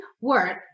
word